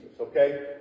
okay